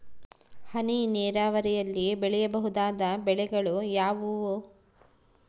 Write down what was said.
ಹನಿ ನೇರಾವರಿಯಲ್ಲಿ ಬೆಳೆಯಬಹುದಾದ ಬೆಳೆಗಳು ಯಾವುವು?